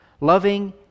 loving